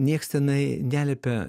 niekas tenai neliepia